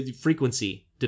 frequency